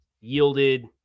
yielded